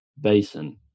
Basin